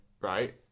right